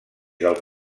del